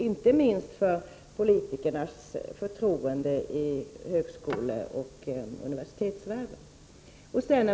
Inte minst skulle det ha betydelse för förtroendet för politikerna inom högskoleoch universitetsvärlden.